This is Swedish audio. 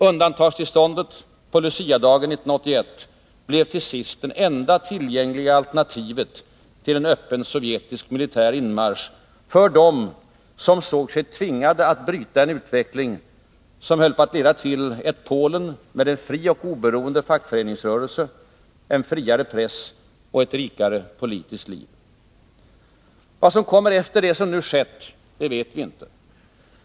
Undantagstillståndet på Luciadagen 1981 blev till sist det enda tillgängliga alternativet till en öppen sovjetisk militär inmarsch för dem som såg sig tvingade att bryta en utveckling som höll på att leda till ett Polen med en fri och oberoende fackföreningsrörelse, en friare press och ett rikare politiskt liv. Vad som kommer efter det som nu skett vet vi inte.